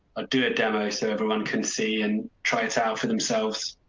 do a demo so everyone can see and try it out for themselves.